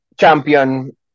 champion